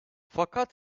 fakat